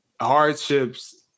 hardships